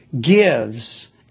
gives